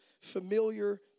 familiar